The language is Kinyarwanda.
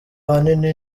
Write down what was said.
ahanini